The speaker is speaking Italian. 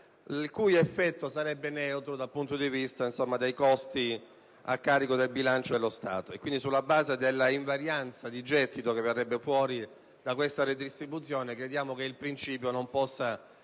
il cui effetto sarebbe neutro dal punto di vista dei costi a carico del bilancio dello Stato. Sulla base dell'invarianza di gettito che verrebbe fuori da questa redistribuzione, crediamo che il principio non possa